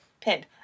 Pinned